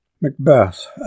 Macbeth